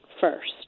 first